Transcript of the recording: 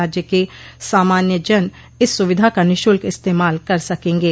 राज्य के सामान्य जन इस सुविधा का निःशुल्क इस्तेमाल कर सकेंगे